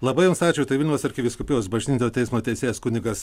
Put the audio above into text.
labai jums ačiū tai vilniaus arkivyskupijos bažnytinio teismo teisėjas kunigas